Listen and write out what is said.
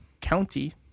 County